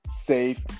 safe